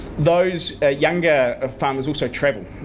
those ah younger farmers also travel,